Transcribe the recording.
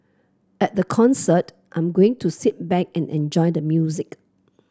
at the concert I'm going to sit back and enjoy the music